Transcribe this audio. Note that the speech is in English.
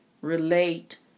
relate